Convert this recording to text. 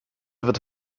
wird